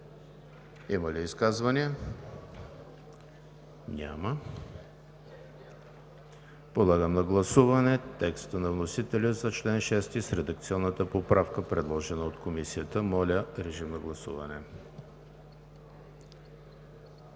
Има ли изказвания? Няма. Подлагам на гласуване текста на вносителя за чл. 3 с редакционната поправка, предложена от Комисията. Гласували